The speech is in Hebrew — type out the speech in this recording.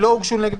שהוגשו.